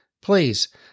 please